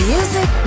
Music